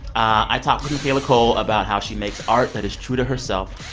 i talked with michaela coel about how she makes art that is true to herself,